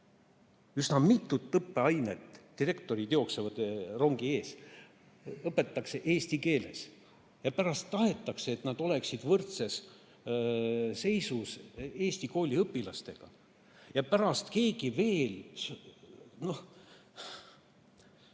üsna mitut õppeainet – direktorid jooksevad rongi ees – eesti keeles ja pärast tahetakse, et nad oleksid võrdses seisus eesti kooli õpilastega. Pärast on kellelgi veel